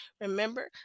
remember